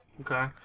Okay